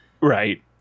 Right